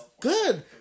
good